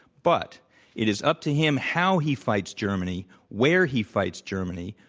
but it is up to him how he fights germany, where he fights germany,